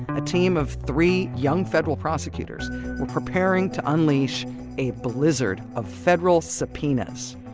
a team of three young, federal prosecutors were preparing to unleash a blizzard of federal subpoenas,